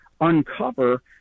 uncover